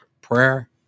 prayer